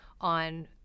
on